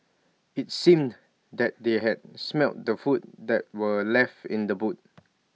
IT seemed that they had smelt the food that were left in the boot